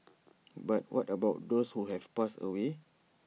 but what about those who have passed away